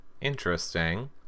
interesting